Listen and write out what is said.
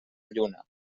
lluna